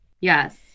Yes